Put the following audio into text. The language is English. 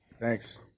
Thanks